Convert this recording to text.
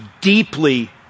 deeply